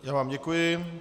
Já vám děkuji.